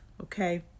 okay